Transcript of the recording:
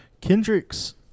Kendrick's